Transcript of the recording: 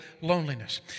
loneliness